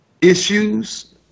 issues